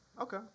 Okay